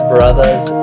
Brothers